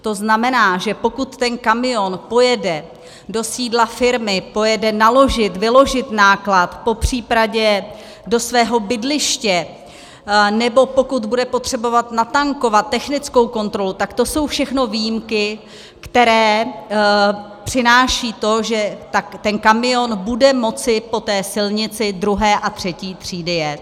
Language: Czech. To znamená, že pokud ten kamion pojede do sídla firmy, pojede naložit, vyložit náklad, popřípadě do svého bydliště, nebo pokud bude potřebovat natankovat, technickou kontrolu, tak to jsou všechno výjimky, které přináší to, že ten kamion bude moci po té silnici II. a III. třídy jet.